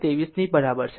23 ની બરાબર છે